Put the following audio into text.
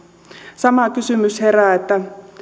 sama kysymys herää